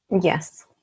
Yes